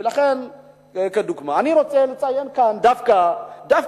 אני רוצה לציין כאן דווקא